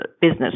business